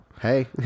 Hey